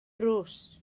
drws